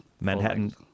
Manhattan